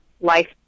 life